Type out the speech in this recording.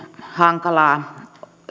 hankalaa